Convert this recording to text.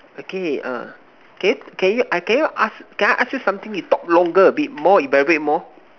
okay uh can you can you I can you ask can I ask you something you talk longer a bit more elaborate more